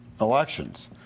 elections